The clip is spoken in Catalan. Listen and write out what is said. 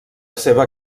seva